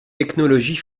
technologies